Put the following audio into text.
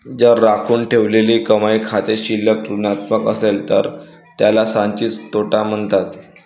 जर राखून ठेवलेली कमाई खाते शिल्लक ऋणात्मक असेल तर त्याला संचित तोटा म्हणतात